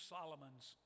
Solomon's